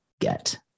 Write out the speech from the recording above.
get